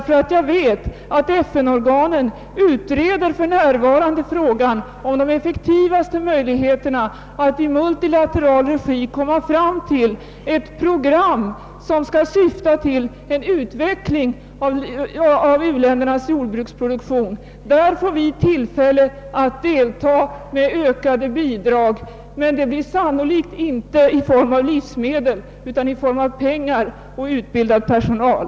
Jag vet nämligen att FN-organen för närvarande utreder frågan om de effektivaste möjligheterna att i multilateral regi komma fram till ett program som skall syfta till en utveckling av u-ländernas jordbruksproduktion. Detta kommer att ge oss tillfälle att delta med ökade bidrag, men det blir sannolikt inte i form av livsmedel utan i form av pengar och utbildad personal.